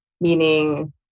Meaning